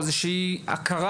או הכרה,